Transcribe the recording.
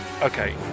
okay